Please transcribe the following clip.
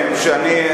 שנה.